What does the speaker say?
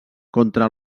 contra